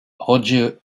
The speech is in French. roger